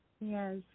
Yes